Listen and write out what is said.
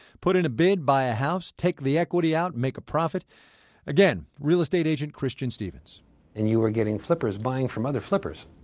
put in a bid, buy a house, take the equity out, make a profit again, real-estate agent christian stevens and you were getting flippers buying from other flippers.